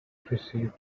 perceived